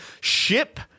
ship